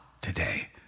today